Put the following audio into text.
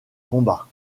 combat